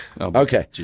Okay